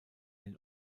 den